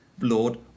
Lord